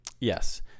Yes